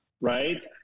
right